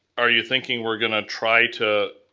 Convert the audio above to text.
are you thinking we're gonna try to